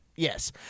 Yes